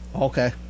Okay